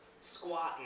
squatting